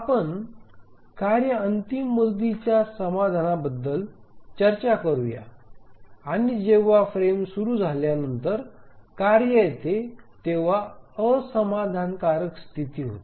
आपण कार्य अंतिम मुदतीच्या समाधानाबद्दल चर्चा करूया आणि जेव्हा फ्रेम सुरू झाल्यानंतर कार्य येते तेव्हा असमाधानकारक स्थिती येते